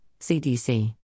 CDC